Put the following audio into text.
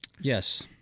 Yes